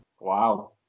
Wow